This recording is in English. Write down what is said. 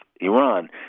Iran